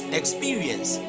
experience